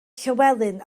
llywelyn